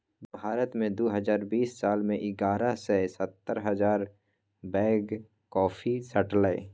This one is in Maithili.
भारत मे दु हजार बीस साल मे एगारह सय सत्तर हजार बैग कॉफी सठलै